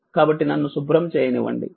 కాబట్టి నన్ను శుభ్రం చేయనివ్వండి